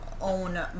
own